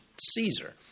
Caesar